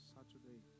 Saturday